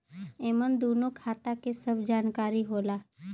एमन दूनो खाता के सब जानकारी होला